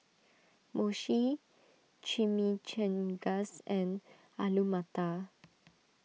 Mochi Chimichangas and Alu Matar